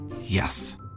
Yes